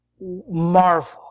marvel